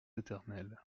éternel